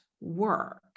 work